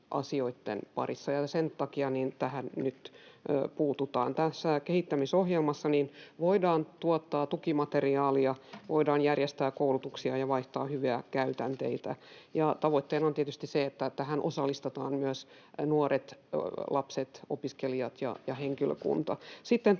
asioitten parissa, ja sen takia tähän nyt puututaan. Tässä kehittämisohjelmassa voidaan tuottaa tukimateriaalia, voidaan järjestää koulutuksia ja vaihtaa hyviä käytänteitä, ja tavoitteena on tietysti se, että tähän osallistetaan myös nuoret, lapset, opiskelijat ja henkilökunta.